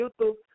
YouTube